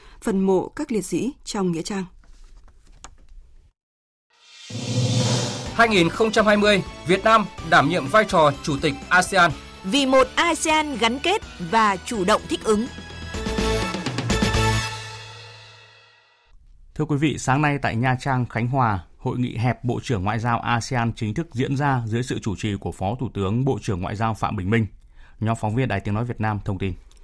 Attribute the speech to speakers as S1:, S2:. S1: Phần mộ các liệt sĩ trong nghĩa trang.
S2: 2020, Việt Nam đảm nhiệm vai trò chủ tịch ASEAN.
S3: Vì một ASEAN gắn kết và chủ động thích ứng.
S4: Thưa quý vị, sáng nay tại Nha Trang, Khánh Hòa, hội nghị hẹp Bộ trưởng Ngoại giao ASEAN chính thức diễn ra dưới sự chủ trì của Phó Thủ tướng, Bộ trưởng Ngoại giao Phạm Bình Minh. Nhóm phóng viên Đài Tiếng Nói Việt Nam thông tin.